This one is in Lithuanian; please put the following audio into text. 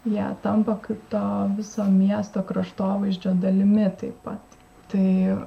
jie tampa kaip to viso miesto kraštovaizdžio dalimi taip pat tai